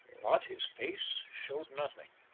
but his face showed nothing.